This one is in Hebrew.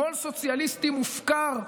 שמאל סוציאליסטי מופקר,